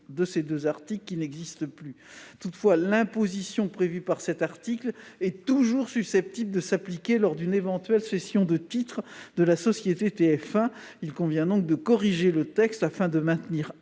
de loi tend à supprimer leur mention. Toutefois, l'imposition prévue par cet article est toujours susceptible de s'appliquer lors d'une éventuelle cession de titres de la société TF1. Il convient donc de corriger le texte afin de maintenir